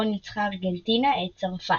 בו ניצחה ארגנטינה את צרפת.